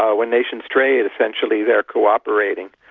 ah when nations trade essentially, they're co-operating.